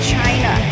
China